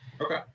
Okay